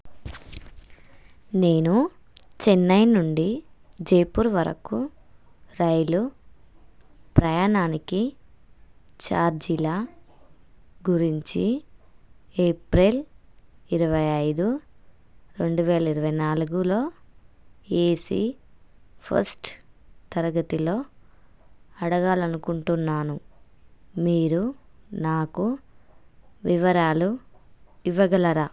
నేను చెన్నై నుండి జైపూర్ వరకు రైలు ప్రయాణానికి ఛార్జీల గురించి ఏప్రెల్ ఇరవై ఐదు రెండు వేల ఇరవై నాలుగులో ఏసీ ఫస్ట్ తరగతిలో అడగాలనుకుంటున్నాను మీరు నాకు వివరాలు ఇవ్వగలరా